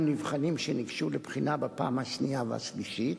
נבחנים שניגשו לבחינה בפעם השנייה והשלישית.